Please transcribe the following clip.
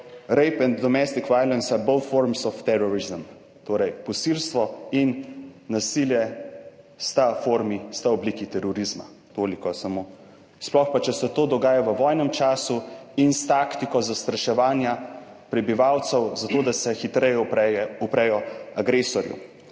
Repen, namestnik Weilensa bow forms of terrorism, torej posilstvo in nasilje sta formi, sta v obliki terorizma. Toliko samo, sploh pa, če se to dogaja v vojnem času in s taktiko zastraševanja prebivalcev, zato da se hitreje uprejo, uprejo